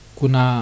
kuna